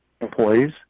employees